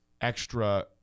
extra